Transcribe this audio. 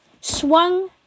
swung